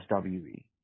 SWE